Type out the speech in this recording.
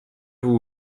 vous